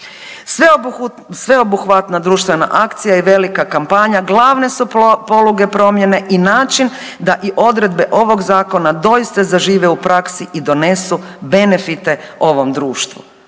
Sveobuhvatna društvena akcija i velika kampanja glavne su poluge promjene i način da i odredbe ovog zakona doista zažive u praksi i donesu benefite ovom društvu.